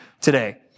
today